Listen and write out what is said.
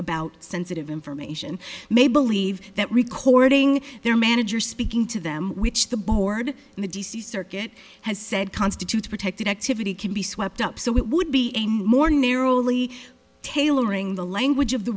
about sensitive information may believe that recording their manager speaking to them which the board in the d c circuit has said constitutes protected activity can be swept up so it would be a more narrowly tailoring the language of the